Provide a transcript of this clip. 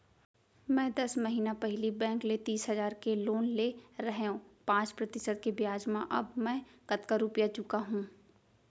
मैं दस महिना पहिली बैंक ले तीस हजार के लोन ले रहेंव पाँच प्रतिशत के ब्याज म अब मैं कतका रुपिया चुका हूँ?